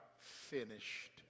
finished